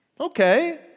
Okay